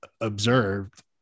observed